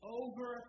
over